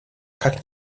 как